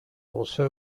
also